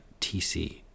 TC